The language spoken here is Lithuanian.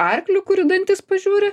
arkliu kur į dantis pažiūri